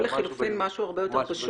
או לחילופין, משהו הרבה יותר פשוט